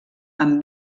amb